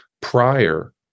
Prior